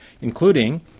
including